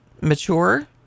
mature